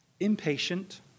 Impatient